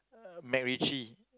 MacRitchie